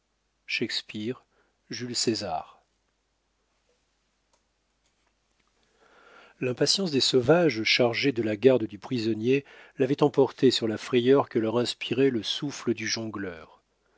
shakespeare jules césar l'impatience des sauvages chargés de la garde du prisonnier l'avait emporté sur la frayeur que leur inspirait le souffle du jongleur